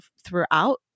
throughout